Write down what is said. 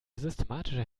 systematische